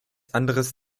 anderes